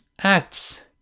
acts